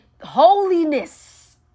holiness